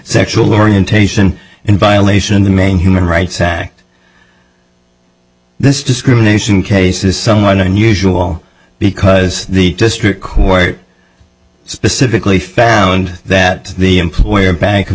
sexual orientation in violation of the main human rights act this discrimination case is somewhat unusual because the district court specifically found that the employer bank of